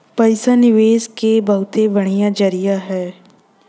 पइसा निवेस के बहुते बढ़िया जरिया हौ